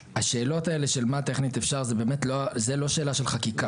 השאלות האלה של מה טכנית אפשר זה לא שאלה של חקיקה,